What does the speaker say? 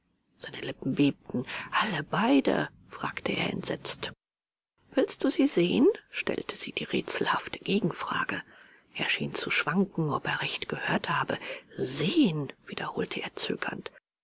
seine lippen bebten alle beide fragte er entsetzt willst du sie sehen stellte sie die rätselhafte gegenfrage er schien zu schwanken ob er recht gehört habe sehen wiederholte er zögernd